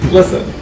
Listen